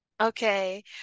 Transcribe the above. Okay